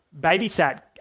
babysat